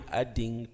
adding